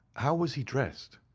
how was he dressed?